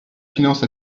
finance